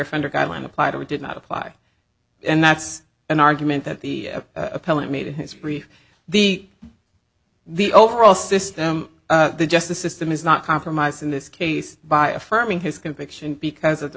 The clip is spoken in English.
finder guideline applied or did not apply and that's an argument that the appellant made in his brief the the overall system the justice system is not compromised in this case by affirming his conviction because of the